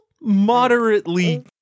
moderately